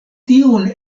tiun